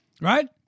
right